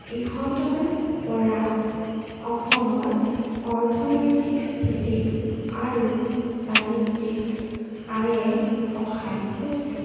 ইহঁতৰপৰা অসমৰ অৰ্থনৈতিক স্থিতি আৰু বাণিজ্যিক আয়ে সহায় হৈছে